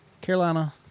Carolina